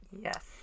yes